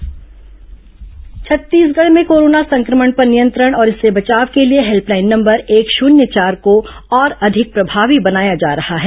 corona समाचार छत्तीसगढ़ में corona संक्रमण पर नियंत्रण और इससे बचाव के लिए हेल्पलाइन नंबर एक शून्य चार को और अधिक प्रभावी बनाया जा रहा है